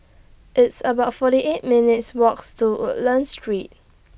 It's about forty eight minutes' Walks to Woodlands Street